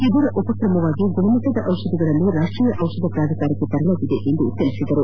ಇದರ ಉಪಕ್ರಮವಾಗಿ ಗುಣಮಟ್ಟದ ಡಿಷಧಗಳನ್ನು ರಾಷ್ಷೀಯ ಡಿಷಧ ಪ್ರಾಧಿಕಾರಕ್ಕೆ ತರಲಾಗಿದೆ ಎಂದು ಅವರು ತಿಳಿಸಿದ್ದಾರೆ